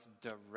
direct